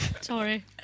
Sorry